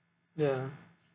ya